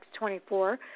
24